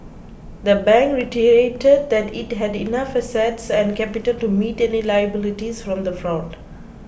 the bank reiterated that it had enough assets and capital to meet any liabilities from the fraud